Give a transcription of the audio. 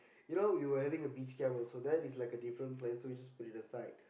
you know we were having a beach camp also that is like a different so we just put it aside